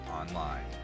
online